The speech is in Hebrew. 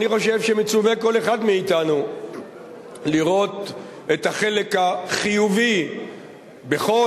אני חושב שמצווה כל אחד מאתנו לראות את החלק החיובי בכוס,